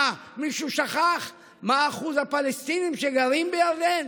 מה, מישהו שכח מה אחוז הפלסטינים שגרים בירדן?